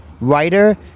writer